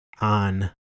on